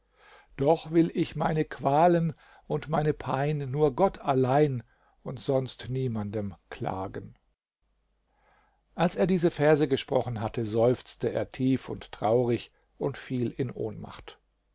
doch will ich meine qualen und meine pein nur gott allein und sonst niemandem klagen als er diese verse gesprochen hatte seufzte er tief und traurig und fiel in ohnmacht